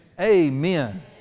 Amen